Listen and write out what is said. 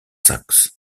saxe